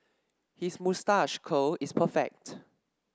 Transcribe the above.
his moustache curl is perfect